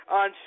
on